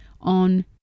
on